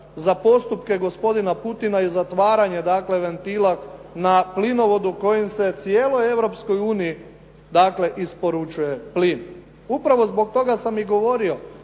za postupke gospodina Putina i zatvaranje, dakle ventila na plinovodu kojim se je cijeloj Europskoj uniji, dakle isporučuje plin. Upravo zbog toga sam i govorio